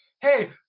Hey